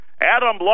Adam